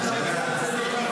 שיתנצל על זה.